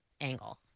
angle